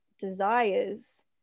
desires